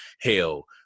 hell